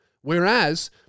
Whereas